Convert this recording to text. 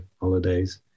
holidays